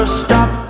stop